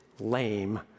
lame